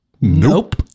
nope